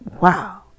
wow